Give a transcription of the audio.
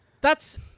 thats